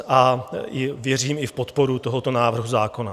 A věřím i v podporu tohoto návrhu zákona.